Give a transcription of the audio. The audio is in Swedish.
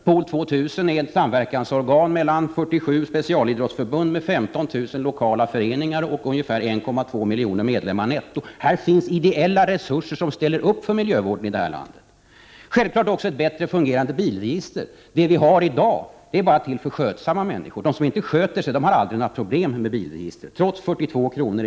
Pool 2 tusen är ett samverkansorgan mellan 47 specialidrottsförbund med 15 000 Prot. 1988/89:33 lokala föreningar och ungefär 1 200 000 medlemmar netto. Det finns ideella 28 november 1988 resurser som ställer upp för miljövården i det här landet. ARE RESTE Det behövs självfallet även ett bättre fungerande bilregister. Det vi i dag har är bara till för skötsamma människor. De som inte sköter sig har aldrig några problem med bilregistret trots 42 kr.